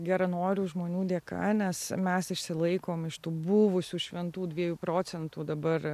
geranorių žmonių dėka nes mes išsilaikom iš tų buvusių šventų dviejų procentų dabar